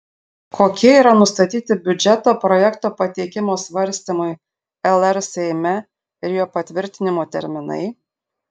kokie yra nustatyti biudžeto projekto pateikimo svarstymui lr seime ir jo patvirtinimo terminai